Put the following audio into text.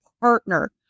partner